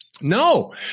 no